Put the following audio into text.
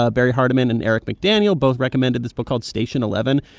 ah barry hardiman and eric mcdaniel both recommended this book called station eleven,